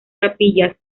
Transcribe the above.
capillas